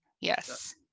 yes